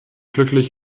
glücklich